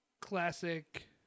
classic